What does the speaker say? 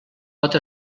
pot